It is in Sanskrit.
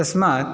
तस्मात्